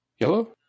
Yellow